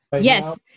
Yes